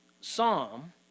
psalm